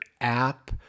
app